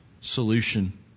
solution